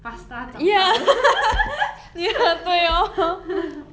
pasta 长大